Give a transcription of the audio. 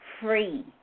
free